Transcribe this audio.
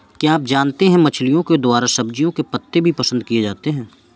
क्या आप जानते है मछलिओं के द्वारा सब्जियों के पत्ते भी पसंद किए जाते है